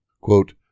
Quote